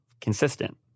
consistent